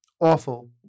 Awful